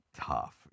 tough